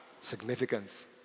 significance